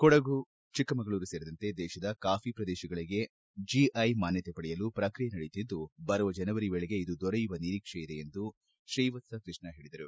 ಕೊಡಗು ಚಿಕ್ಕಮಗಳೂರು ಸೇರಿದಂತೆ ದೇತದ ಕಾಫಿ ಪ್ರದೇತಗಳಿಗೆ ಜಿಐ ಮಾನ್ಯತೆ ಪಡೆಯಲು ಪ್ರಕ್ರಿಯೆ ನಡೆಯುತ್ತಿದ್ದು ಬರುವ ಜನವರಿ ವೇಳೆಗೆ ಇದು ದೊರೆಯುವ ನಿರೀಕ್ಷೆ ಇದೆ ಎಂದು ತ್ರೀವತ್ಸ ಕೃಷ್ಣ ಹೇಳಿದರು